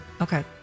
Okay